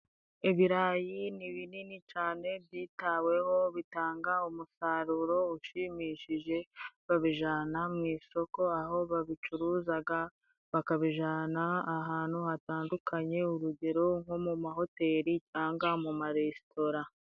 Ubirayi ni binini cane byitaweho bitanga umusaruro ushimishije babijana mu isoko aho babicuruzaga bakabijana ahantu hatandukanye urugero nko mu mahoteli cangwa mu maresitora.